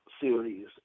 series